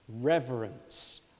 reverence